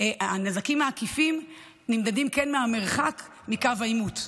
הנזקים העקיפים נמדדים לפי המרחק מקו העימות.